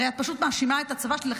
הרי את פשוט מאשימה את הצבא,